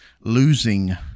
losing